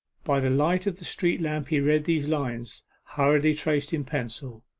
by the light of the street-lamp he read these lines, hurriedly traced in pencil